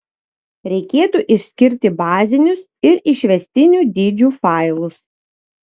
reikėtų išskirti bazinius ir išvestinių dydžių failus